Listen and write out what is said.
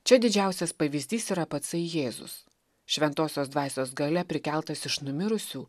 čia didžiausias pavyzdys yra patsai jėzus šventosios dvasios galia prikeltas iš numirusių